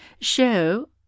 Show